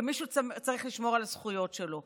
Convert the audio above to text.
שמישהו צריך לשמור על הזכויות שלו.